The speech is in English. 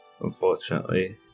unfortunately